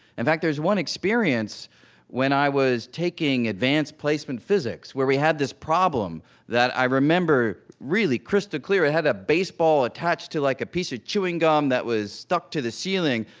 in fact, there's one experience when i was taking advanced placement physics where we had this problem that i remember really crystal clear. it had a baseball attached to, like, a piece of chewing gum that was stuck to the ceiling.